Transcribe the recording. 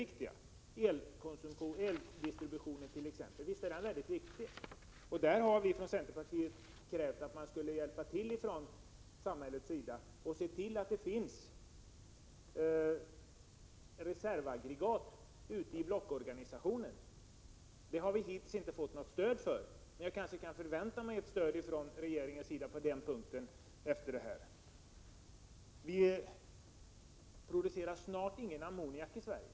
Visst är eldistributionen viktig, och där har vi från centerpartiet krävt att samhället skall hjälpa till, så att det finns reservaggregat ute i blockorganisationen. Detta har vi hittills inte fått något stöd för, men på den punkten kan jag kanske i fortsättningen förvänta mig stöd från regeringen. Det sker snart ingen produktion av ammoniak i Sverige.